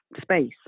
space